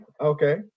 okay